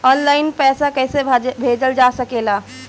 आन line पईसा कईसे भेजल जा सेकला?